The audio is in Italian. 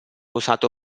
usato